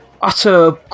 utter